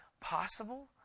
possible